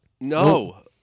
No